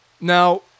Now